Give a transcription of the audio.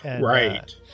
Right